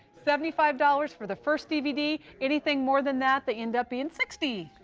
seventy five dollars for the first dvd. anything more than that they end up being sixty.